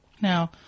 Now